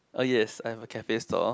oh yes I have a cafe store